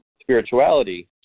spirituality